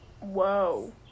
Whoa